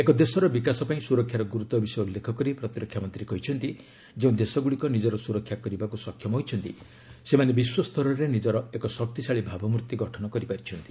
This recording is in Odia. ଏକ ଦେଶର ବିକାଶ ପାଇଁ ସୁରକ୍ଷାର ଗୁରୁତ୍ପ ବିଷୟ ଉଲ୍ଲେଖ କରି ପ୍ରତିରକ୍ଷା ମନ୍ତ୍ରୀ କହିଛନ୍ତି ଯେଉଁ ଦେଶଗୁଡ଼ିକ ନିଜର ସୁରକ୍ଷା କରିବାକୁ ସକ୍ଷମ ହୋଇଛନ୍ତି ସେମାନେ ବିଶ୍ୱସ୍ତରରେ ନିଜର ଏକ ଶକ୍ତିଶାଳୀ ଭାବମୂର୍ତ୍ତି ଗଠନ କରିପାରିଛନ୍ତି